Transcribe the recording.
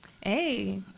Hey